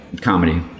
Comedy